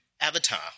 Avatar